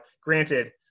granted